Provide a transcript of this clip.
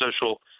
social